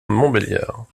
montbéliard